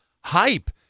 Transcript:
hype